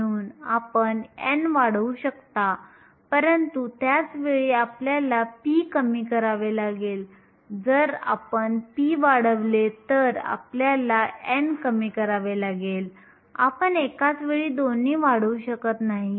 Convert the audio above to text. म्हणून आपण n वाढवू शकता परंतु त्याच वेळी आपल्याला p कमी करावे लागेल जर आपण p वाढवले तर आपल्याला n कमी करावे लागेल आपण एकाच वेळी दोन्ही वाढवू शकत नाही